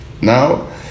now